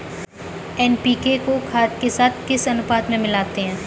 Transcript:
NPK को खाद के साथ किस अनुपात में मिलाते हैं?